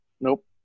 Nope